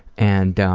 and